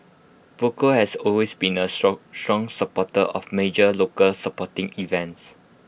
Volvo has always been A strong strong supporter of major local sporting events